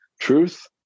Truth